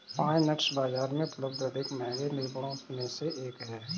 pine nuts बाजार में उपलब्ध अधिक महंगे मेवों में से एक हैं